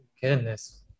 goodness